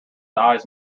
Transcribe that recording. eye